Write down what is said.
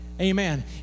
Amen